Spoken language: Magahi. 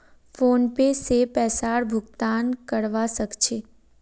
फोनपे से पैसार भुगतान करवा सकछी